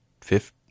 fifth